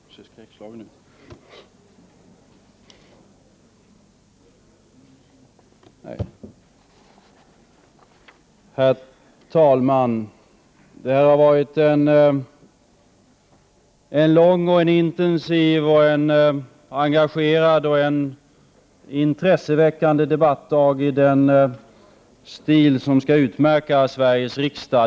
Herr talman! Det har varit en lång, intensiv, engagerad och intresseväckande debattdag i den stil som skall utmärka Sveriges riksdag.